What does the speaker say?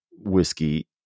whiskey